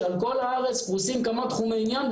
שעל כל הארץ פרוסים כמה תחומי עניין,